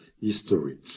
history